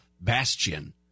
bastion